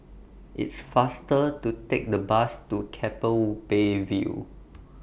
IT IS faster to Take The Bus to Keppel Bay View